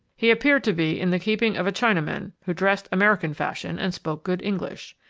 he appeared to be in the keeping of a chinaman who dressed american fashion and spoke good english.